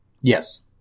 Yes